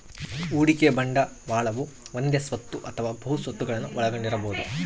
ಹೂಡಿಕೆ ಬಂಡವಾಳವು ಒಂದೇ ಸ್ವತ್ತು ಅಥವಾ ಬಹು ಸ್ವತ್ತುಗುಳ್ನ ಒಳಗೊಂಡಿರಬೊದು